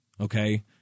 Okay